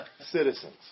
citizens